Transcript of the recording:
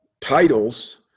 titles